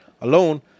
alone